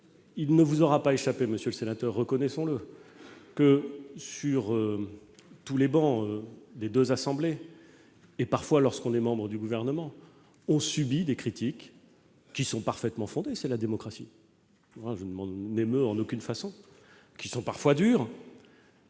Il ne vous aura donc pas échappé, monsieur le sénateur, reconnaissons-le, que sur tous les bancs des deux assemblées, et parfois lorsqu'on est membre du Gouvernement, on subit des critiques, qui sont parfaitement fondées- c'est la démocratie et je ne m'en émeus en aucune façon -, qui sont parfois dures,